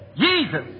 Jesus